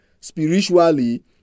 Spiritually